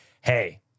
hey